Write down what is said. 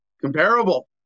comparable